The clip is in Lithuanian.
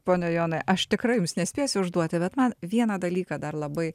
pone jonai aš tikrai jums nespėsiu užduoti bet man vieną dalyką dar labai